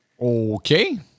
Okay